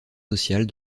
sociales